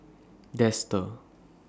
Dester